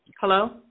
Hello